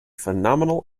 phenomenal